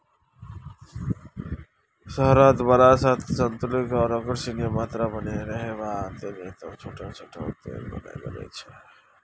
शहरत वातावरनक संतुलित आर ऑक्सीजनेर मात्रा बनेए रखवा तने छोटो छोटो उद्यान बनाल गेल छे